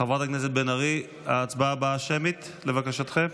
חברת הכנסת בן ארי, ההצבעה הבאה שמית, לבקשתכם?